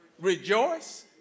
Rejoice